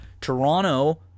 Toronto